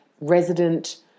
resident